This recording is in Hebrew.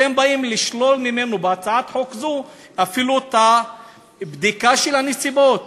אתם באים לשלול ממנו בהצעת חוק זו אפילו את הבדיקה של הנסיבות.